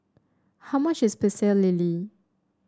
how much is Pecel Lele